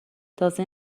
تازه